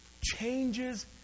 changes